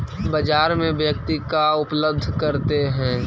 बाजार में व्यक्ति का उपलब्ध करते हैं?